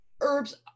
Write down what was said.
Herbs